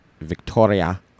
Victoria